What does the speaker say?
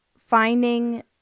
finding